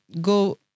Go